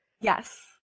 Yes